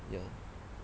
ya